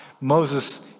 Moses